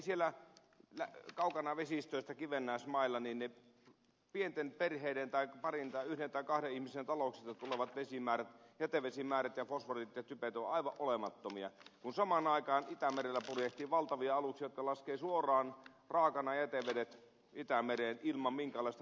siellä kaukana vesistöistä kivennäismailla pienten perheiden parin tai yhden tai kahden ihmisen talouksista tulevat jätevesimäärät ja fosforit ja typet ovat aivan olemattomia kun samaan aikaan itämerellä purjehtii valtavia aluksia jotka laskevat suoraan raakana jätevedet itämereen ilman minkäänlaista puhdistusta